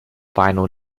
final